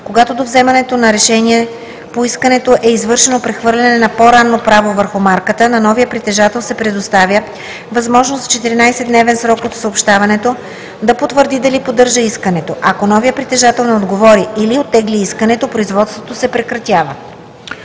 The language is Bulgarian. Когато до вземането на решение по искането е извършено прехвърляне на по-ранното право върху марка, на новия притежател се предоставя възможност в 14-дневен срок от съобщаването да потвърди дали поддържа искането. Ако новият притежател не отговори или оттегли искането, производството се прекратява.“